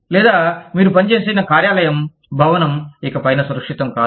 లేదా మీరు పనిచేసిన కార్యాలయం భవనం ఇకపైన సురక్షితం కాదు